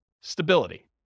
stability